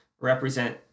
represent